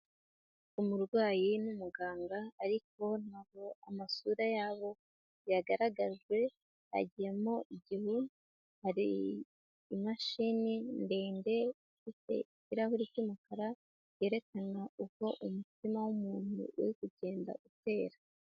Umurwayi n'umuganga ariko ntago amasura yabo yagaragajwe hagiyemo igihu, hari imashini ndende ifite ikirahure cy'umukara yerekana uko umutima w'umuntu uri kugenda utera.